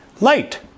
light